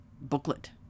booklet